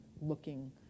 looking